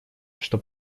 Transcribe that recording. что